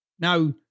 Now